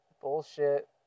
bullshit